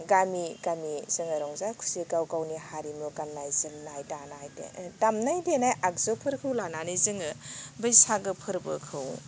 गामि गामि जोङो रंजा खुसि गाव गावनि हारिमु गान्नाय जोमनाय दामनाय देनाय दामनाय देनाय आगजुफोरखौ लानानै जोङो बैसागो फोरबोखौ